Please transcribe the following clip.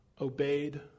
obeyed